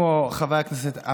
אני לא חושב שתמצאי דוגמה כזאת.